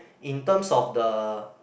in terms of the